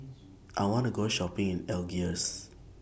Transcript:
I want to Go Shopping in Algiers